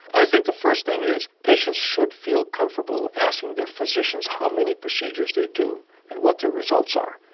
i think the first thing is patients should feel comfortable asking their physicians how many procedures they do and what their results are.